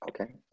Okay